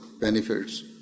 benefits